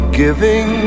giving